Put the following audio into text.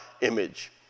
image